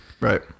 Right